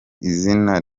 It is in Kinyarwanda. izina